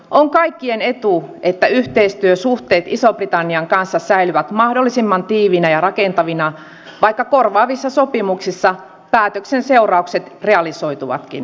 on kaikkien etu että yhteistyösuhteet ison britannian kanssa säilyvät mahdollisimman tiiviinä ja rakentavina vaikka korvaavissa sopimuksissa päätöksen seuraukset realisoituvatkin